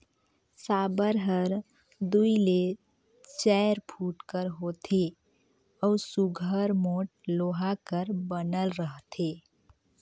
साबर हर दूई ले चाएर फुट कर होथे अउ सुग्घर मोट लोहा कर बनल रहथे